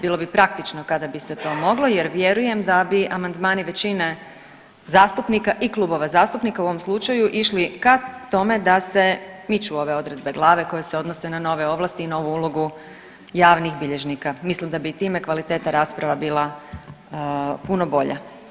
Bilo bi praktično kada bi se to moglo jer vjerujem da bi amandmani većina zastupnika i klubova zastupnika u ovom slučaju išli ka tome da se miču ove odredbe glave koje se odnose na nove ovlasti i novu ulogu javnih bilježnika, mislim da bi time i kvaliteta rasprava bila puno bolja.